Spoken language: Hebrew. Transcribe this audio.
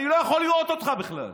אני לא יכול לראות אותך בכלל.